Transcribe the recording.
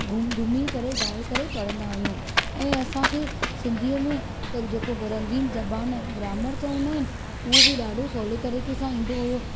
घुम झूमी करे ॻाए करे पढ़ंदा आहियूं ऐं असांखे सिंधीअ में त जेको रंगीन ज़बान ग्रामर चवंदा आहिनि उहो बि ॾाढो सहुले तरीक़े सां ईंदो हुओ